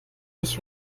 nicht